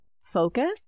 focus